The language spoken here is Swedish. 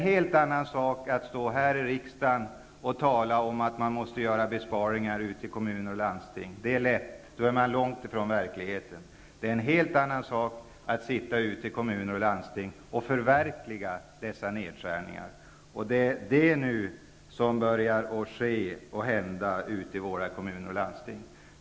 Det är lätt att stå här i riksdagen och tala om att man måste göra besparingar i kommuner och landsting. Då är man långt ifrån verkligheten. Det är en helt annan sak att sitta i kommuner och landsting och förverkliga dessa nedskärningar. Det är det som nu börjar ske i kommunerna och landstingen.